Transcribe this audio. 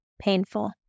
painful